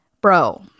bro